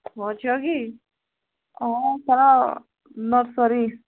ମୋ ଝିଅ କି ହଁ ତାର ନର୍ସରୀ